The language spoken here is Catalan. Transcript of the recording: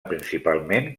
principalment